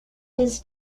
his